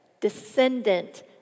descendant